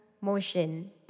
motion